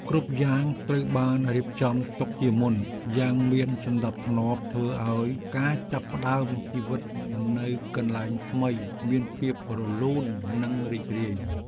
គ្រប់យ៉ាងត្រូវបានរៀបចំទុកជាមុនយ៉ាងមានសណ្ដាប់ធ្នាប់ធ្វើឱ្យការចាប់ផ្ដើមជីវិតនៅកន្លែងថ្មីមានភាពរលូននិងរីករាយ។